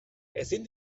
ezin